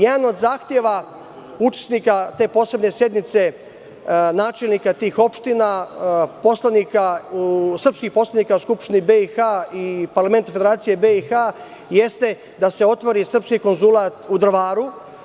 Jedan od zahteva učesnika te posebne sednice, načelnika tih opština, srpskih poslanika u Skupštini BiH i parlamentu Federacije BiH jeste da se otvori srpski konzulat u Drvaru.